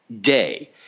day